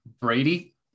Brady